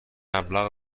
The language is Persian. مبلغ